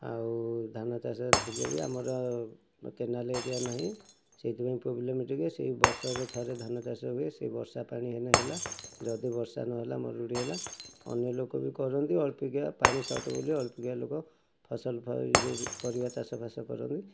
ଆଉ ଧାନ ଚାଷ ଥିଲେ ବି ଆମର କେନାଲ୍ ଏରିଆ ନାହିଁ ସେଇଥିପାଇଁ ପ୍ରୋବଲେମ୍ ଟିକେ ସେହି ବର୍ଷରେ ଥରେ ଧାନ ଚାଷ ହୁଏ ବର୍ଷା ପାଣି ହେନେ ହେଲା ଯଦି ବର୍ଷା ନ ହେଲା ମରୁଡ଼ି ହେଲା ଅନ୍ୟ ଲୋକ ବି କରନ୍ତି ଅଳ୍ପିକା ପାଣି ଶର୍ଟ ବୋଲି ଅଳ୍ପିକା ଲୋକ ଫସଲ ପରିବା ଚାଷଫାସ କରନ୍ତି